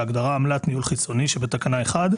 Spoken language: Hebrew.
להגדרה עמלת ניהול חיצוני שבתקנה (1),